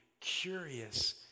curious